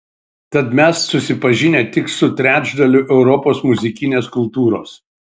tad mes susipažinę tik su trečdaliu europos muzikinės kultūros